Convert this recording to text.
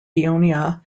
ionia